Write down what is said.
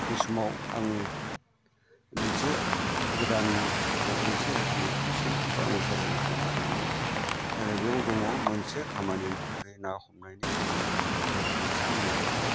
बै समाव आं मोनसे गोदान मोनसे रोखोमनि कुइशनखौ आं एन्सार होनो थांगासिनो दङ आरो बेयाव दङ मोनसे खामानि महरै ना हमनायनि सोमोनदोयै मेहेर गोनांसिन मुवाया मा